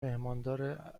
میهماندار